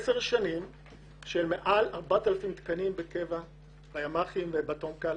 10 שנים שמעל 4,000 תקנים בימ"חים של תומכ"ל